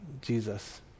Jesus